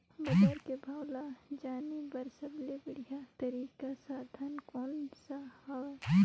बजार के भाव ला जाने बार सबले बढ़िया तारिक साधन कोन सा हवय?